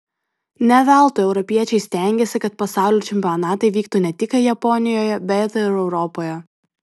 ne veltui europiečiai stengėsi kad pasaulio čempionatai vyktų ne tik japonijoje bet ir europoje